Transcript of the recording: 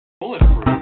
bulletproof